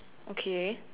okay